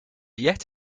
yet